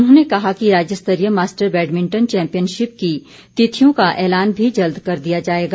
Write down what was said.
उन्होंने कहा कि राज्यस्तरीय मास्टर बैडमिंटन चैंपियनशिप की तिथियों का ऐलान भी जल्द कर दिया जाएगा